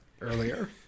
earlier